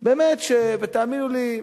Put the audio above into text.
תאמינו לי,